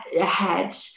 ahead